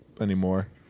anymore